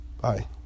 Bye